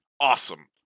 awesome